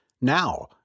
now